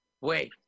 Wait